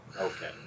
Okay